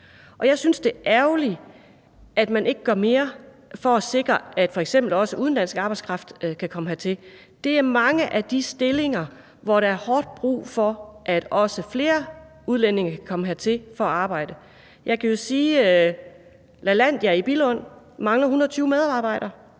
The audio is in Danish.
Jeg synes, det er ærgerligt, at man ikke gør mere for at sikre, at f.eks. også udenlandsk arbejdskraft kan komme hertil. Det er i mange af de erhverv, hvor der er hårdt brug for, at også flere udlændinge kan komme hertil for at arbejde. Jeg kan jo sige, at Lalandia i Billund mangler 120 medarbejdere.